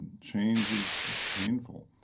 and change is painful,